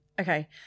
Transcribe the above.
Okay